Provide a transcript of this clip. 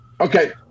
Okay